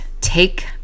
take